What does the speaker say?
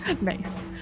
Nice